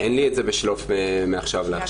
אין לי את זה בשלוף מעכשיו לעכשיו.